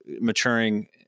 maturing